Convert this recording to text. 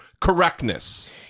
correctness